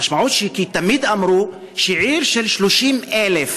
המשמעות, כי תמיד אמרו שעיר של 30,000,